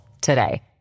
today